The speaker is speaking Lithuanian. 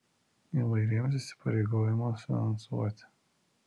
įvairiems įsipareigojimams finansuoti